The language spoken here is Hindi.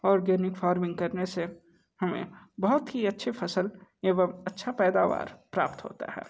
ऑर्गेनिक फार्मिंग करने से हमें बहुत ही अच्छे फसल एवं अच्छा पैदावार प्राप्त होता है